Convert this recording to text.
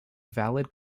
valid